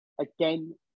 again